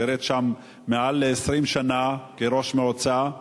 שירת שם מעל ל-20 שנה כראש מועצה.